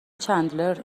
چندلر